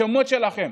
בשמות שלכם.